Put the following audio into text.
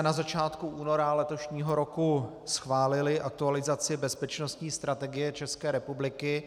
Na začátku února letošního roku jsme schválili aktualizaci bezpečnostní strategie České republiky.